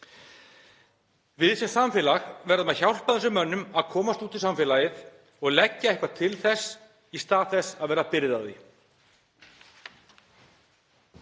Við sem samfélag verðum að hjálpa þessum mönnum að komast út í samfélagið og leggja eitthvað til þess í stað þess að vera byrði